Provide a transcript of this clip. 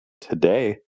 today